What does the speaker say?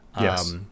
Yes